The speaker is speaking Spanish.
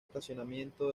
estacionamiento